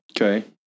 Okay